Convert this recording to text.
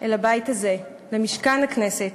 אל הבית הזה, למשכן הכנסת,